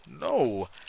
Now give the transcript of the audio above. No